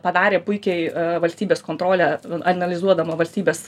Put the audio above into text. padarė puikiai valstybės kontrolė analizuodama valstybės